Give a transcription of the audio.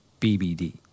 bbd